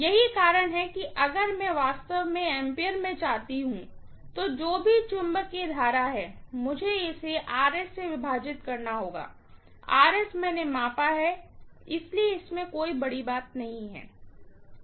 यही कारण है कि अगर मैं वास्तव में एम्पीयर में चाहती हूँ जो भी मैग्नेटाज़िंग करंट है मुझे इसे से विभाजित करना होगा मैंने मापा है इसलिए यह कोई बड़ी बात नहीं है